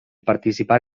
participar